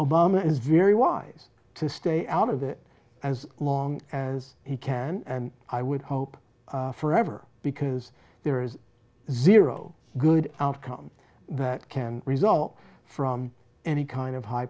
ama is very wise to stay out of it as long as he can and i would hope forever because there is zero good outcome that can result from any kind of high